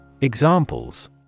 Examples